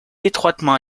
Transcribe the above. étroitement